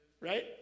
Right